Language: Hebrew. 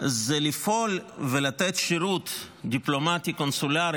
לפעול ולתת שירות דיפלומטי קונסולרי